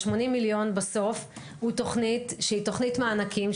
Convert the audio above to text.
ה-80 מיליון בסוף הוא תוכנית שהיא תוכנית מענקים,